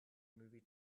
movie